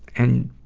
and,